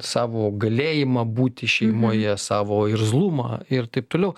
savo galėjimą būti šeimoje savo irzlumą ir taip toliau